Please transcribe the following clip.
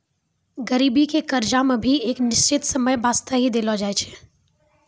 गरीबी के कर्जा मे भी एक निश्चित समय बासते ही देलो जाय छै